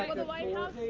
ah the white house